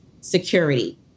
security